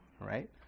Right